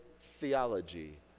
theology